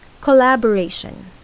Collaboration